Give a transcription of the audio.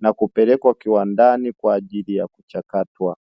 na kupelekwa kiwandani kwa ajili ya kuchakatwa.